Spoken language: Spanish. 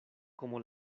como